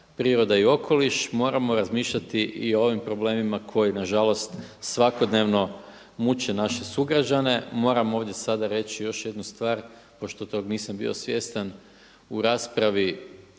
priroda i okoliš, moramo razmišljati i o ovim problemima koji nažalost svakodnevno muče naše sugrađane. Moram ovdje sada reći još jednu stvar, pošto toga nisam bio svjestan u raspravi